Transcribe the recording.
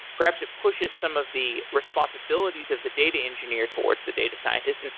perhaps it pushes some of the responsibilities of the data engineer towards the data scientist. and